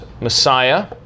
Messiah